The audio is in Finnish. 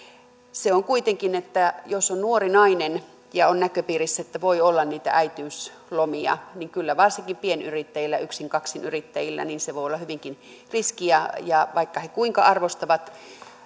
on kuitenkin niin että jos on nuori nainen ja on näköpiirissä että voi olla niitä äitiyslomia niin kyllä varsinkin pienyrittäjille yksin kaksinyrittäjille se voi olla hyvinkin riski ja ja vaikka he kuinka arvostavat